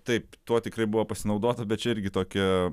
taip tuo tikrai buvo pasinaudota bet čia irgi tokia